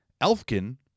Elfkin